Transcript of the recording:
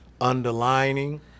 underlining